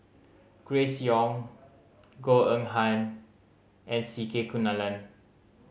Grace Young Goh Eng Han and C Kunalan